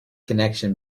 connection